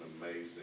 amazing